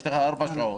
יש לנו ארבע שעות.